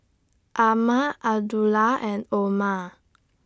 Ahmad Abdullah and Omar